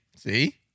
See